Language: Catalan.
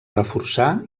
reforçar